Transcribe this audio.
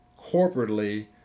corporately